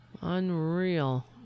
unreal